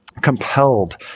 compelled